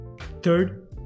Third